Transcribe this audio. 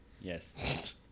Yes